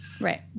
Right